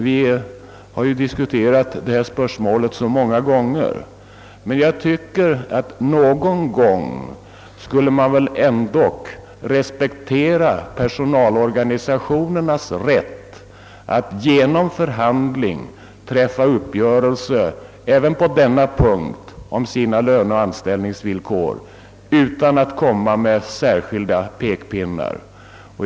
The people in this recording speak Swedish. Vi har diskuterat detta spörsmål så många gånger. Jag tycker att man väl någon gång skulle respektera personalorganisationernas rätt att genom förhandling träffa uppgörelse även på denna punkt om sina löneoch anställningsvillkor utan att komma med särskilda pekpinnar.